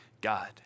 God